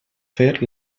fer